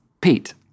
Pete